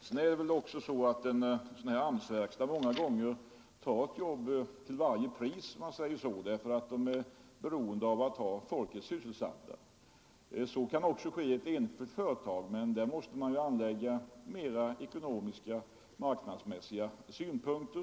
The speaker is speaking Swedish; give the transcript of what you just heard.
Det är väl också så att en AMS-verkstad många gånger tar ett jobb till varje pris, om jag så får säga, därför att den är beroende av att ha sina anställda sysselsatta. Så kan också ske i ett enskilt företag, men där måste man också anlägga ekonomiska och marknadsmässiga synpunkter.